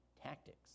tactics